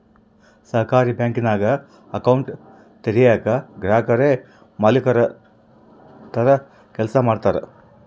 ಸಹಕಾರಿ ಬ್ಯಾಂಕಿಂಗ್ನಾಗ ಅಕೌಂಟ್ ತೆರಯೇಕ ಗ್ರಾಹಕುರೇ ಮಾಲೀಕುರ ತರ ಕೆಲ್ಸ ಮಾಡ್ತಾರ